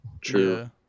True